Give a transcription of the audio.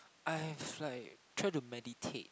I have like tried to meditate